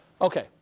Okay